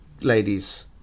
ladies